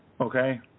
Okay